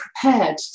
prepared